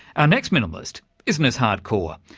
our next minimalist isn't as hard-core.